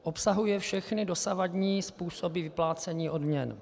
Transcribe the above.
Obsahuje všechny dosavadní způsoby vyplácení odměn.